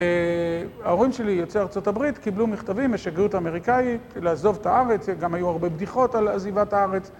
ההורים שלי, יוצאי ארה״ב, קיבלו מכתבים משגרירות אמריקאית לעזוב את הארץ, גם היו הרבה בדיחות על עזיבת הארץ.